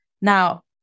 Now